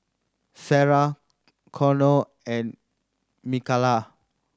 Sara Connor and Mikala